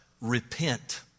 repent